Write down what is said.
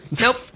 Nope